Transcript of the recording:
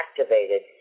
activated